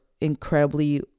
incredibly